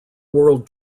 world